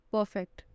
Perfect